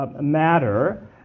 Matter